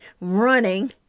running